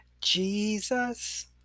Jesus